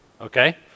okay